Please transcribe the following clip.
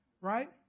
Right